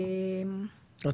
כן.